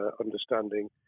understanding